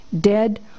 dead